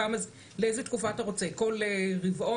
לאיזה תקופה אתה רוצה, כל רבעון?